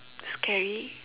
scary